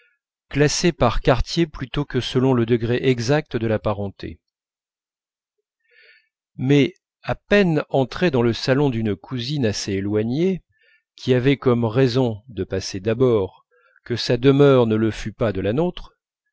classées par quartier plutôt que selon le degré exact de la parenté mais à peine entrés dans le salon d'une cousine assez éloignée qui avait comme raison de passer d'abord que sa demeure ne le fût pas de la nôtre